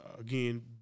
again